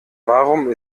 warum